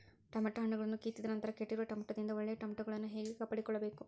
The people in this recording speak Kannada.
ಟೊಮೆಟೊ ಹಣ್ಣುಗಳನ್ನು ಕಿತ್ತಿದ ನಂತರ ಕೆಟ್ಟಿರುವ ಟೊಮೆಟೊದಿಂದ ಒಳ್ಳೆಯ ಟೊಮೆಟೊಗಳನ್ನು ಹೇಗೆ ಕಾಪಾಡಿಕೊಳ್ಳಬೇಕು?